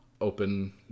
open